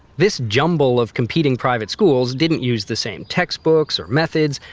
this jumble of competing private schools didn't use the same textbooks or methods,